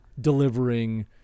delivering